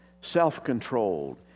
self-controlled